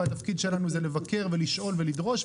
והתפקיד שלנו זה לבקר ולשאול ולדרוש,